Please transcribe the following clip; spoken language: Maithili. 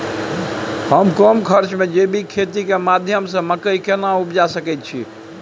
हम कम खर्च में जैविक खेती के माध्यम से मकई केना उपजा सकेत छी?